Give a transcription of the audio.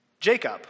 Jacob